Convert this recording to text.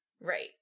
Right